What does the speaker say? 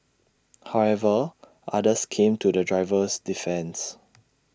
however others came to the driver's defence